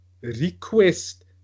request